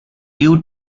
due